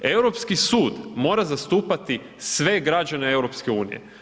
Europski sud mora zastupati sve građane EU.